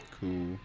Cool